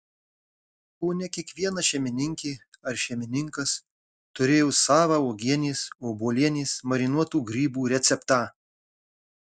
kone kiekviena šeimininkė ar šeimininkas turėjo savą uogienės obuolienės marinuotų grybų receptą